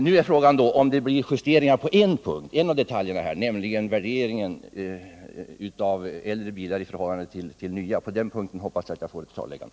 Nu är frågan om det blir justeringar när det gäller en av detaljerna, nämligen värderingen av äldre bilar i förhållande till nya. På den punkten hoppas jag att jag får ett klarläggande.